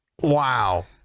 wow